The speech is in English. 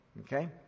Okay